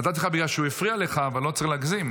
נתתי לך בגלל שהוא הפריע לך, אבל לא צריך להגזים.